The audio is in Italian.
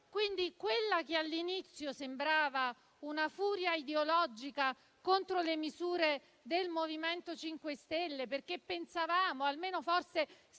mesi. Quella che all'inizio sembrava una furia ideologica contro le misure del MoVimento 5 Stelle, perché pensavamo - o forse